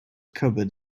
covered